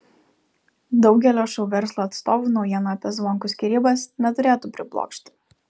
daugelio šou verslo atstovų naujiena apie zvonkų skyrybas neturėtų priblokšti